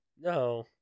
No